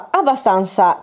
abbastanza